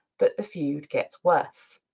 but the feud gets worse.